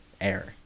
error